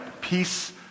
peace